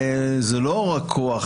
זה לא רק כוח